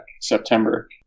september